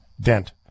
dent